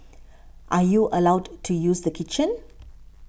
are you allowed to use the kitchen